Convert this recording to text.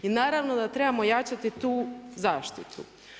I naravno da trebamo jačati tu zaštitu.